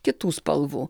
kitų spalvų